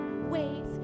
ways